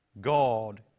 God